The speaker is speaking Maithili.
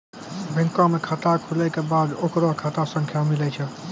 बैंको मे खाता खुलै के बाद ओकरो खाता संख्या मिलै छै